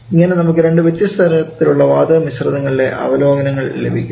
ഇങ്ങനെ നമുക്ക് രണ്ട് വ്യത്യസ്ത തരത്തിലുള്ള വാതക മിശ്രിതങ്ങളുടെ അവലോകനങ്ങൾ ലഭിക്കും